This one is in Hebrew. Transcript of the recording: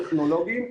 טכנולוגיים,